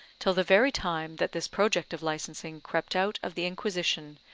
till the very time that this project of licensing crept out of the inquisition,